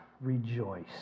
rejoice